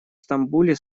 стамбуле